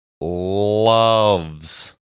loves